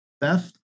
Beth